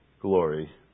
glory